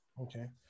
Okay